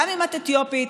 גם את אתיופית,